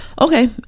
Okay